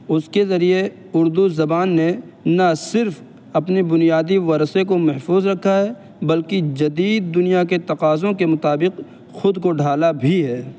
اس کے ذریعے اردو زبان نے نہ صرف اپنی بنیادی ورثے کو محفوظ رکھا ہے بلکہ جدید دنیا کے تقاضوں کے مطابق خود کو ڈھالا بھی ہے